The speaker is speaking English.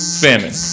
famine